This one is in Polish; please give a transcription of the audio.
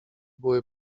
były